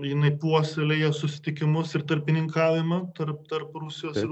jinai puoselėja susitikimus ir tarpininkavimą tarp tarp rusijos ir